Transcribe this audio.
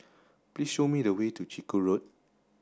please show me the way to Chiku Road